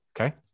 okay